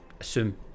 assume